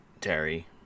Terry